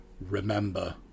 remember